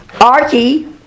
Archie